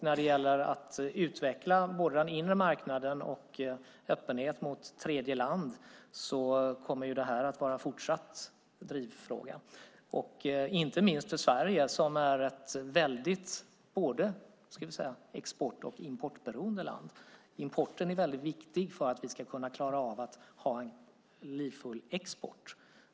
När det gäller att utveckla den inre marknaden och öppenheten mot tredjeland kommer detta fortsatt att vara en drivfråga, inte minst för Sverige som är väldigt beroende av både import och export. Importen är väldigt viktig för att vi ska kunna klara av att ha en livfull export.